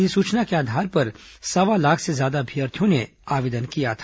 अधिसूचना के आधार पर सवा लाख से ज्यादा अभ्यर्थियों ने आवेदन किया था